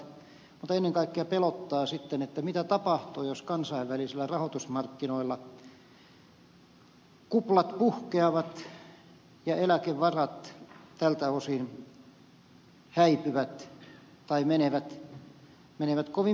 mutta ennen kaikkea pelottaa sitten mitä tapahtuu jos kansainvälisillä rahoitusmarkkinoilla kuplat puhkeavat ja eläkevarat tältä osin häipyvät tai menevät kovin pieniksi